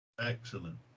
Excellent